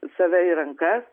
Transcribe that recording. save į rankas